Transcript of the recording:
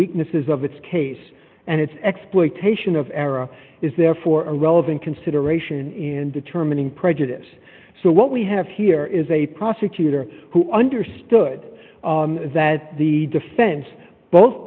weaknesses of its case and its exploitation of error is therefore a relevant consideration in determining prejudice so what we have here is a prosecutor who understood that the defense both